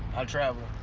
i travel.